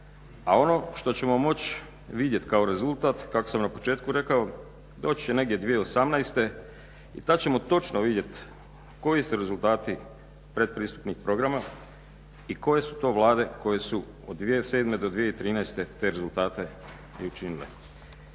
A ono što ćemo moći vidjeti kao rezultat kako sam na početku rekao doći će negdje 2018. i tad ćemo točno vidjeti koji su rezultati predpristupnih programa i koje su to vlade koje su od 2007. do 2013. te rezultate i učinile.